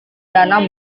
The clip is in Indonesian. danau